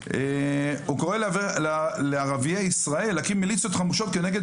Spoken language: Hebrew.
הוא קורא לערביי ישראל להקים מליציות חמושות כנגד